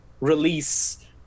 release